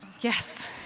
Yes